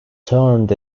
turned